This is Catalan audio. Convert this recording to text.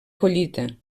collita